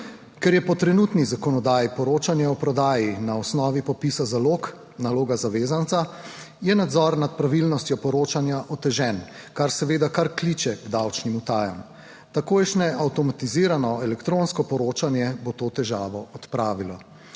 Ker je po trenutni zakonodaji poročanje o prodaji na osnovi popisa zalog naloga zavezanca, je nadzor nad pravilnostjo poročanja otežen, kar seveda kar kliče k davčnim utajam. Takojšnje avtomatizirano elektronsko poročanje bo to težavo odpravilo.